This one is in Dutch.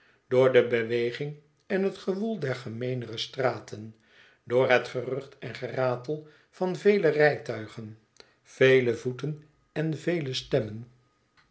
door de beweging en het gewoel der gemeenere straten door het gerucht en geratel van vele rijtuigen vele voeten en vele stemmen